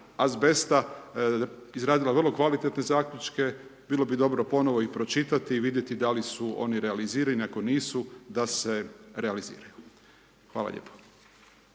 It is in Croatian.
azbesta izradila vrlo kvalitetne zaključke, bilo bi dobro ponovno ih pročitati i vidjeti da li se oni realiziraju i ako nisu da se realiziraju. Hvala lijepo.